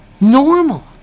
Normal